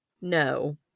no